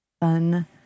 fun